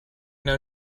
know